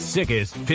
Sickest